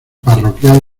parroquial